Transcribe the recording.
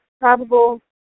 probable